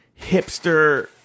hipster